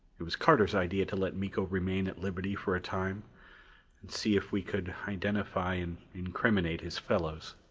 it was carter's idea to let miko remain at liberty for a time and see if we could identify and incriminate his fellows.